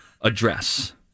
address